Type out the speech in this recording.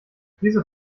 diese